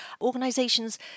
Organisations